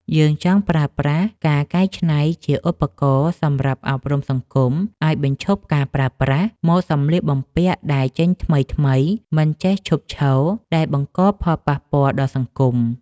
យើងចង់ប្រើប្រាស់ការកែច្នៃជាឧបករណ៍សម្រាប់អប់រំសង្គមឱ្យបញ្ឈប់ការប្រើប្រាស់ ម៉ូដសម្លៀកបំពាក់ដែលចេញថ្មីៗមិនចេះឈប់ឈរ ដែលបង្កផលប៉ះពាល់ដល់សង្គម។